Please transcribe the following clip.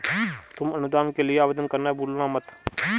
तुम अनुदान के लिए आवेदन करना भूलना मत